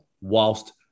whilst